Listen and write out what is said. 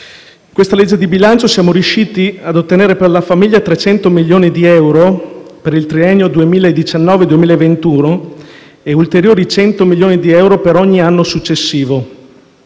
In legge di bilancio siamo riusciti a ottenere, per la famiglia, 300 milioni di euro per il triennio 2019-2021 e ulteriori 100 milioni di euro per ogni anno successivo.